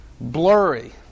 blurry